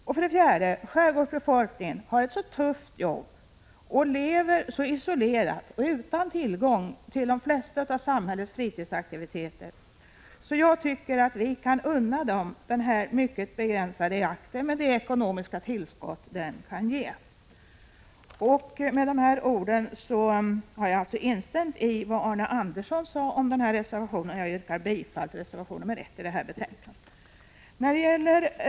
Det fjärde skälet är att skärgårdsbefolkningen har ett så tufft jobb, lever så isolerat och utan tillgång till de flesta av samhällets fritidsaktiviteter att vi kan unna dem denna mycket begränsade jakt med det ekonomiska tillskott som den kan ge. Med dessa ord har jag instämt i vad Arne Andersson i Ljung sade, och jag yrkar bifall till reservation 1 i betänkandet.